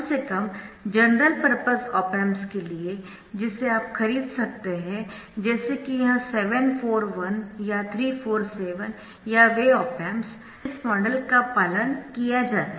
कम से कम general purpose op amps के लिए जिसे आप खरीद सकते है जैसे कि यह 741 या 347 या वे ऑप एम्प्स इस मॉडल का पालन किया जाता है